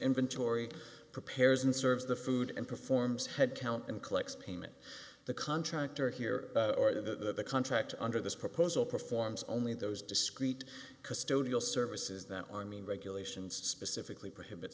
inventory prepares and serves the food and performs headcount and collects payment the contractor here or the contract under this proposal performs only those discrete custodial services that army regulations specifically prohibit